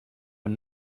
een